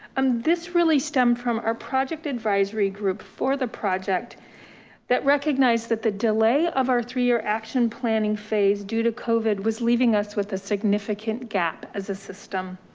um this really stemmed from our project advisory group for the project that recognized that the delay of our three year action planning phase due to covid was leaving us with a significant gap as a system.